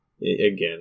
again